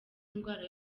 indwara